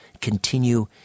continue